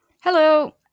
Hello